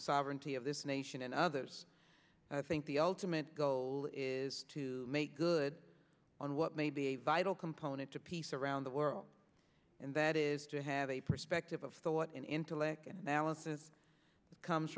sovereignty of this nation and others i think the ultimate goal is to make good on what may be a vital component to peace around the world and that is to have a perspective of thought and intellect and analysis